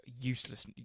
Useless